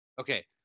Okay